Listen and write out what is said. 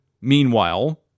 meanwhile